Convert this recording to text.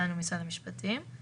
גם